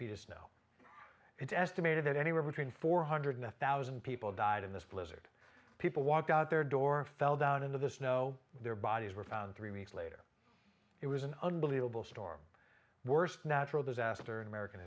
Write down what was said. feet of snow it's estimated that anywhere between four hundred thousand people died in this blizzard people walked out their door fell down into the snow their bodies were found three weeks later it was an unbelievable storm worst natural disaster in american